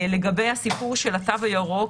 לגבי הסיפור של התו הירוק,